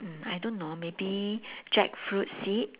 mm I don't know maybe jackfruit seed